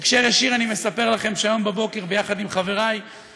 אתם יודעים, אתה מסתובב שם בין האבנים,